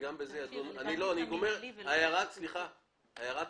גם בזה אני אדון אחרי הקריאה הראשונה.